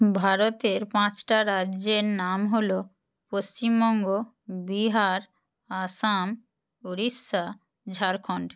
ভারতের পাঁচটা রাজ্যের নাম হল পশ্চিমবঙ্গ বিহার আসাম উড়িষ্যা ঝাড়খন্ড